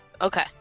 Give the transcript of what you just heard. okay